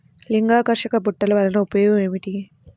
లింగాకర్షక బుట్టలు వలన ఉపయోగం ఏమిటి?